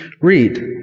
read